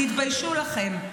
תתביישו לכם.